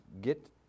get